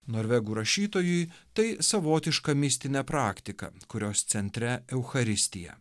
norvegų rašytojui tai savotiška mistinė praktika kurios centre eucharistija